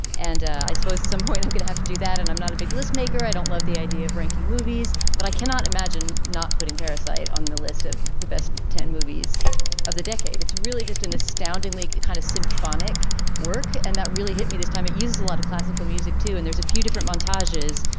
and i suppose at some point i'm going to have to do that and i'm not a big list maker i don't love the idea of ranking movies but i cannot imagine not putting parasite on the list of the best ten movies of the decade it's really just an astounding like kind of symphonic work. and that really hit me this time it used a lot of classical music too and there's a few different montages.